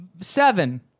Seven